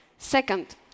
Second